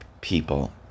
people